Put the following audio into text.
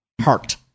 heart